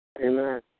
Amen